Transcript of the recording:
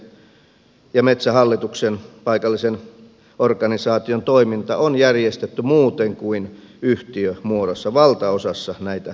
valtaosassa näitä maita metsien ja metsähallituksen paikallisen organisaation toiminta on järjestetty muuten kuin yhtiömuodossa